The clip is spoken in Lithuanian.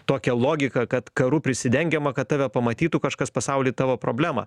tokią logiką kad karu prisidengiama kad tave pamatytų kažkas pasauly tavo problemą